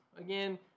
Again